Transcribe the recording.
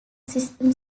system